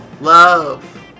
Love